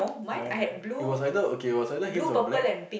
mine had it was either okay it was either hints of black